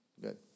Good